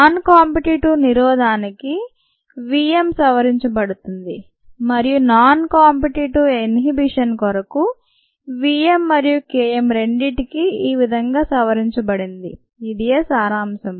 non competitive నిరోధానికి V M సవరించబడుతుంది మరియు నాన్ కాంపిటీటివ్ ఇన్హిబిషన్ కొరకు V m మరియు K m రెండింటికీ ఈ విధంగా సవరించబడింది ఇదియే సారాంశం